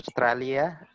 Australia